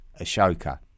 Ashoka